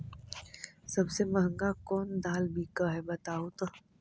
सबसे महंगा कोन दाल बिक है बताहु तो?